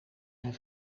mijn